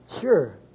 Sure